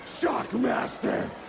Shockmaster